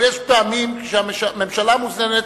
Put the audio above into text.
אבל יש פעמים שהממשלה מוזמנת,